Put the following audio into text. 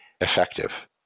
effective